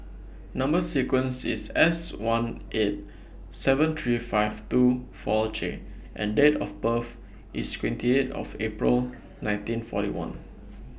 Number sequence IS S one eight seven three five two four J and Date of birth IS twenty eight of April nineteen forty one